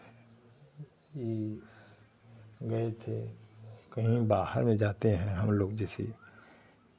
ई गए थे कहीं बाहर में जाते हैं हम लोग जैसे